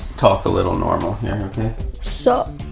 talk a little normal so